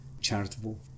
charitable